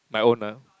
my own ah